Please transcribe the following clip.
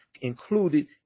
included